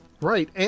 Right